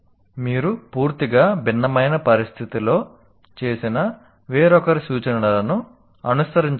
మీరు పూర్తిగా భిన్నమైన పరిస్థితిలో చేసిన వేరొకరి సూచనలను అనుసరించలేరు